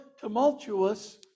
tumultuous